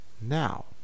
Now